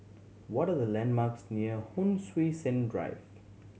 what are the landmarks near Hon Sui Sen Drive